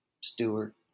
Stewart